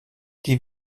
die